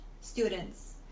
students